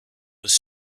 was